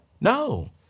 No